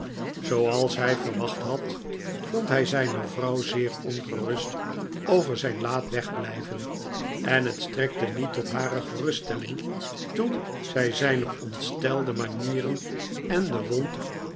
zooals hij verwacht had vond hjj zijne vrouw zeer ongerust over zijn laat wegblijven en het strekte niet tot hare geruststelling toen zy zijne ontstelde manieren en de wond